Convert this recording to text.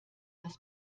das